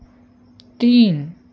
तीन